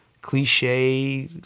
cliche